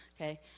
okay